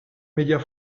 médias